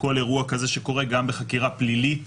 כל אירוע כזה שקורה גם בחקירה פלילית